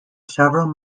several